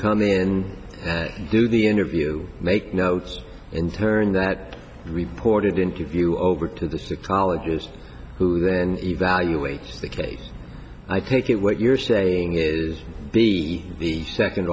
come in and do the interview make notes in turn that reported interview over to the six colleges who then evaluate the case i take it what you're saying is be the second